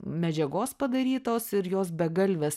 medžiagos padarytos ir jos begalvės